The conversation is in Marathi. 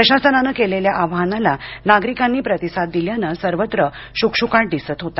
प्रशासनानं केलेल्या आवाहनाला नागरिकांनी प्रतिसाद दिल्याने सर्वत्र श्कश्काट दिसत होता